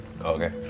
Okay